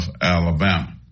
Alabama